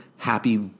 happy